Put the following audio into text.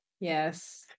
Yes